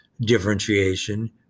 differentiation